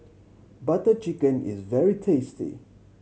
Butter Chicken is very tasty